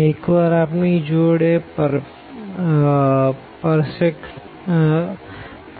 એક વાર આપણી જોડે એ